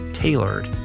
Tailored